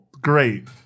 Great